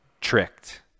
tricked